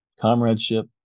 comradeship